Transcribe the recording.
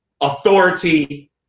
authority